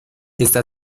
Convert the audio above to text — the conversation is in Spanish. está